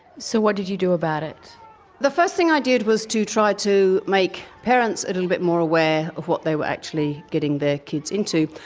so what did you do about it? so the first thing i did was to try to make parents a little bit more aware of what they were actually getting their kids into.